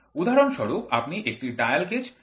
উদাহরণস্বরূপ আপনি একটি ডায়াল গেজ নিতে পারেন